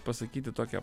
pasakyti tokią